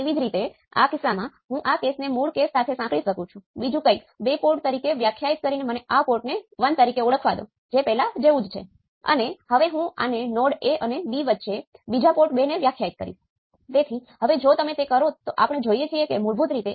તેથી આદર્શ op amp ને અનુરૂપ છે